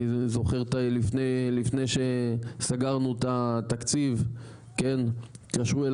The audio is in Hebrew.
אני זוכר לפני שסגרנו את התקציב התקשרו אליי